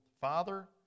Father